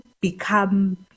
become